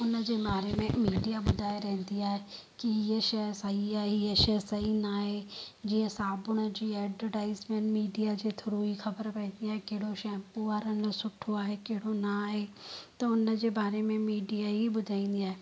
उन जे बारे में मीडिया ॿुधाए रहंदी आहे की इहे शइ सही आहे हीअ शइ सही न आहे जीअं साबुण जी एडवरटाइज़मैंट मीडिया जे थ्रू ई ख़बर पवंदी आहे कहिड़ो शैम्पू वारनि लाइ सुठो आहे कहिड़ो न आहे त उन जे बारे में मीडिया ई ॿुधाईंदी आहे